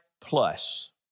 plus